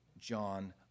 John